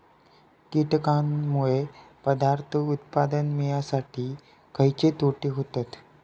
कीटकांनमुळे पदार्थ उत्पादन मिळासाठी खयचे तोटे होतत?